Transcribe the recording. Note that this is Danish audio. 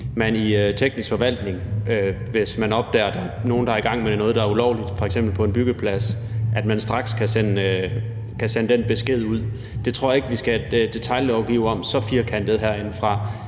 man i teknisk forvaltning, hvis man opdager, at der er nogle, der er i gang med noget, der er ulovligt, f.eks. på en byggeplads, straks kan sende den besked ud. Det tror jeg ikke vi skal detaillovgive om så firkantet herindefra.